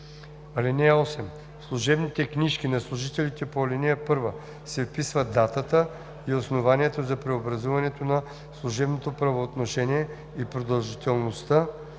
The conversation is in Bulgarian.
(8) В служебните книжки на служителите по ал. 1 се вписва датата и основанието за преобразуването на служебното правоотношение и продължителността